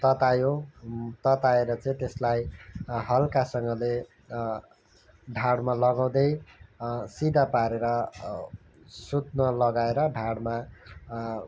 ततायो तताएर चाहिँ त्यसलाई हल्कासँगले ढाडमा लगाउँदै सिधा पारेर सुत्न लगाएर ढाडमा